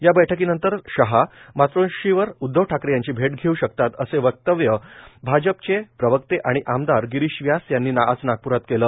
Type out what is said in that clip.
या बैठकीनंतर शहा मातोश्रीवर उद्धव ठाकरे यांची भेट घेऊ शकतात असे व्यक्तव्य भाजपचे प्रवक्ते आणि आमदार गिरीश व्यास यांनी आज नागप्रात केले